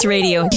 Radio